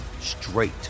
straight